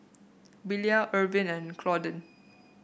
Willia Ervin and Claudine